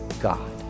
God